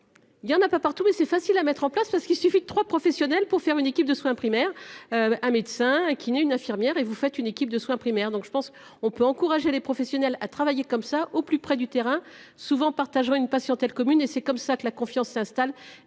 Il y en a pas partout mais c'est facile à mettre en place parce qu'il suffit de 3 professionnels pour faire une équipe de soins primaires. Un médecin qui n'ait une infirmière et vous faites une équipe de soins primaires, donc je pense on peut encourager les professionnels à travailler comme ça au plus près du terrain souvent partageant une passion telle commune et c'est comme ça que la confiance s'installe